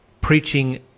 preaching